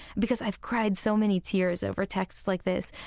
because i've cried so many tears over texts like this,